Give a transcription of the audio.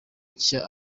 nshya